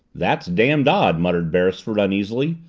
that's damned odd. muttered beresford uneasily.